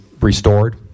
restored